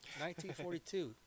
1942